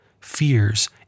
fears